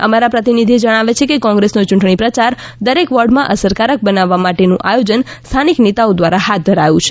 અમારા પ્રતિનિધિ જણાવે છે કે કોંગ્રેસ નો યૂંટણી પ્રચાર દરેક વોર્ડ માં અસરકારક બનાવવા માટે નું આયોજન સ્થાનિક નેતાઓ દ્વારા હાથ ધરાયું છે